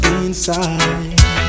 inside